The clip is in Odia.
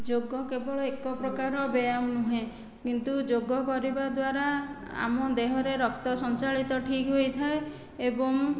ଯୋଗ କେବଳ ଏକ ପ୍ରକାର ବ୍ୟାୟାମ ନୁହେଁ କିନ୍ତୁ ଯୋଗ କରିବା ଦ୍ୱାରା ଆମ ଦେହରେ ରକ୍ତ ସଞ୍ଚାଳିତ ଠିକ ହୋଇଥାଏ ଏବଂ